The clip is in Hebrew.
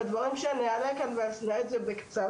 הדברים שאני אעלה כאן בעצם בקצרה,